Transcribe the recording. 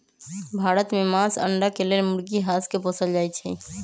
भारत में मास, अण्डा के लेल मुर्गी, हास के पोसल जाइ छइ